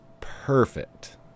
perfect